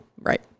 right